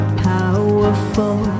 powerful